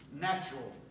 natural